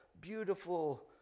beautiful